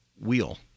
wheel